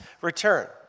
return